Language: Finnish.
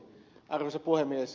arvoisa puhemies